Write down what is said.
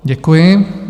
Děkuji.